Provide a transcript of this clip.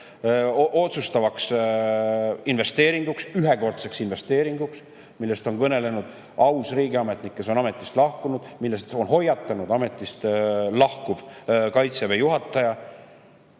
otsustavaks investeeringuks, ühekordseks investeeringuks, millest on kõnelenud aus riigiametnik, kes on ametist lahkunud. Selle suhtes on hoiatanud ka ametist lahkuv Kaitseväe juhataja.